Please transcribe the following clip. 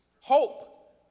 hope